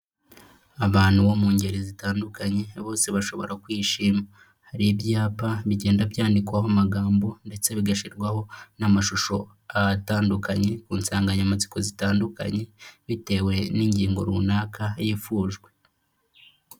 Abantu bo mu ngeri zitandukanye bose bashobora kwishima. Hari ibyapa bigenda byandikwaho magambo ndetse bigashyirwaho n'amashusho atandukanye ku nsanganyamatsiko zitandukanye bitewe n'ingingo runaka yifujwe.